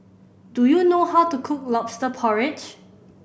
do you know how to cook Lobster Porridge